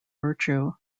virtue